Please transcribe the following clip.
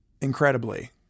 incredibly